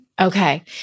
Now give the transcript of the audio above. Okay